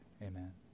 amen